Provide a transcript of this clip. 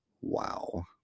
wow